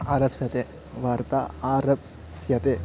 आरप्स्यते वार्ता आरप्स्यते